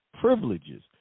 privileges